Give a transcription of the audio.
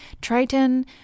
Triton